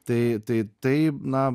tai tai tai na